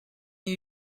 new